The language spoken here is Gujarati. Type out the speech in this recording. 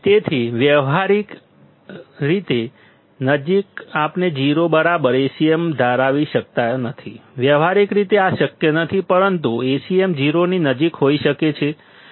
તેથી વ્યવહારીક પણે આપણે 0 ની બરાબર Acm ધરાવી શકતા નથી વ્યવહારીક રીતે આ શક્ય નથી પરંતુ Acm 0 ની નજીક હોઈ શકે છે